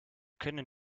können